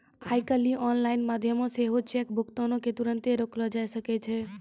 आइ काल्हि आनलाइन माध्यमो से सेहो चेक भुगतान के तुरन्ते रोकलो जाय सकै छै